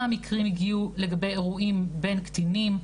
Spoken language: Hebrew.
מקרים הגיעו לגבי אירועים בין קטינים,